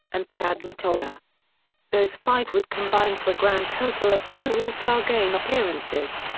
and chad mottola those five would combine for a grand total of two all-star game appearances.